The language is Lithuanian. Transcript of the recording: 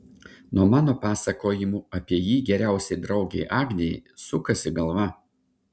nuo mano pasakojimų apie jį geriausiai draugei agnei sukasi galva